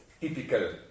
typical